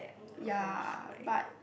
ya but